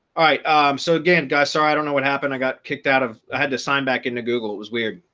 ah um so again guys sorry i don't know what happened i got kicked out of i had to sign back into google it was weird.